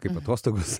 kaip atostogos